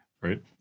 right